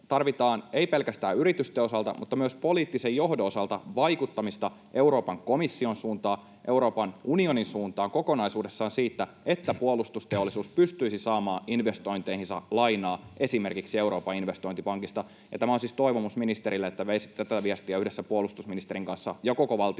ei pelkästään yritysten osalta vaan myös poliittisen johdon osalta vaikuttamista Euroopan komission suuntaan ja Euroopan unionin suuntaan kokonaisuudessaan, että puolustusteollisuus pystyisi saamaan investointeihinsa lainaa esimerkiksi Euroopan investointipankista. Tämä on siis toivomus ministerille, että veisitte tätä viestiä yhdessä puolustusministerin kanssa ja koko valtioneuvoston